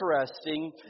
interesting